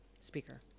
speaker